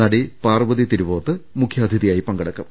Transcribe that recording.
നടി പാർവ്വതി തിരുവോത്ത് മുഖ്യാതിഥിയായി പങ്കെ ടുക്കും